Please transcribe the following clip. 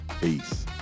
peace